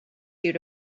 you